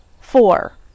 four